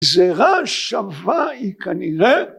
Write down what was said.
‫גזרה שווה היא כנראה.